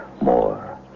more